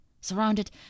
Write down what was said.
surrounded